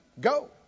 Go